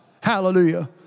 Hallelujah